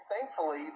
Thankfully